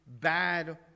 bad